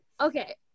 Okay